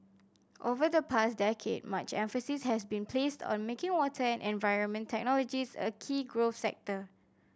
over the past decade much emphasis has been placed on making water and environment technologies a key growth sector